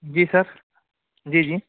جی sir جی جی